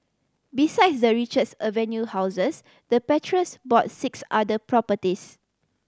besides the Richards Avenue houses the patriarchs bought six other properties